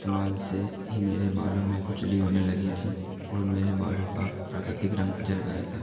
इस्तेमाल से ही मेरे बालों में खुजली होने लगी थी और मेरे बालों का प्राकृतिक रंग जल गया था